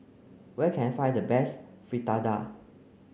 where can I find the best Fritada